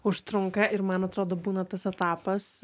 užtrunka ir man atrodo būna tas etapas